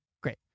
Great